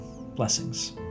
blessings